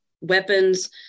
weapons